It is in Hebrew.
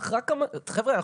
אך חבר'ה,